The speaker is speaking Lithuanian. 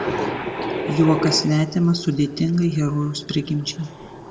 juokas svetimas sudėtingai herojaus prigimčiai